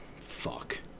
Fuck